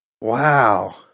Wow